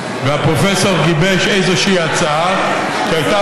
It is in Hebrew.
והפרופסור גיבש איזושהי הצעה שהייתה